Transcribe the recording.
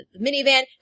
minivan